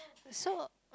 so